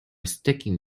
sticking